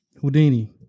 Houdini